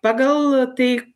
pagal tai